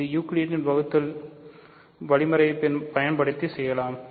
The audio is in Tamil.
இது யூக்ளிடியன் வகுத்தல் வழிமுறையைப் பயன்படுத்தி செய்யலாம்